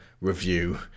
review